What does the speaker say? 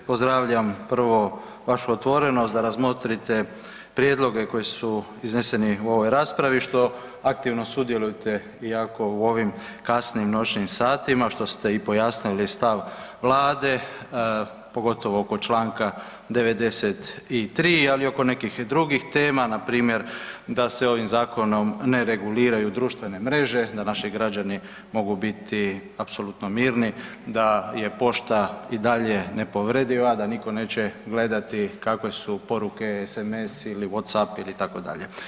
Pozdravljam prvo vašu otvorenost da razmotrite prijedloge koji su izneseni u ovoj raspravi što aktivno sudjelujete iako u ovim kasnim noćnim satima što ste i pojasnili stav Vlade pogotovo oko članka 93. ali i oko nekih drugih tema na primjer da se ovim zakonom ne reguliraju društvene mreže, da naši građani mogu biti apsolutno mirni, da je pošta i dalje nepovrediva, da nitko neće gledati kakve su poruke, sms, Whats up itd.